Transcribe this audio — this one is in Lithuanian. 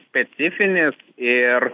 specifinės ir